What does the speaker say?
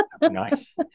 nice